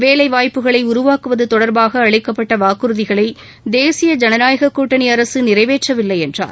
வேலை வாய்ப்புகளை உருவாக்குவது தொடர்பாக அளிக்கப்பட்ட வாக்குறுதிகளை தேசிய ஜனநாயகக் கூட்டணி அரசு நிறைவேற்றவில்லை என்றார்